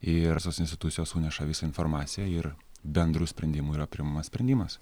ir visos institucijos suneša visą informaciją ir bendru sprendimu yra priimamas sprendimas